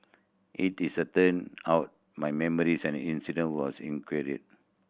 it is a turned out my memories and incident was